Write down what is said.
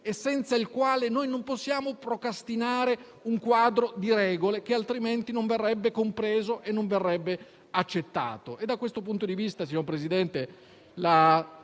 senza il quale non possiamo procrastinare un quadro di regole che altrimenti non verrebbe compreso e accettato.